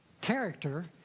Character